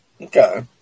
Okay